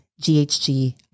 GHG